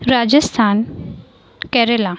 Rajasthan Kerala